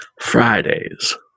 Fridays